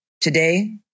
Today